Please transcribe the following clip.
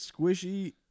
squishy